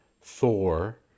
Thor